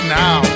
now